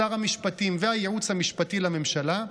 שר המשפטים והייעוץ המשפטי לממשלה,